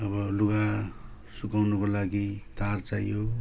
अब लुगा सुकाउनुको लागि तार चाहियो